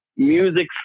Music